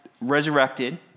resurrected